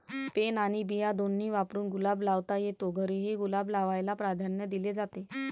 pen आणि बिया दोन्ही वापरून गुलाब लावता येतो, घरीही गुलाब लावायला प्राधान्य दिले जाते